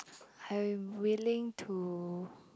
I'm willing to